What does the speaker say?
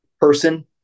person